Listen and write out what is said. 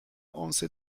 once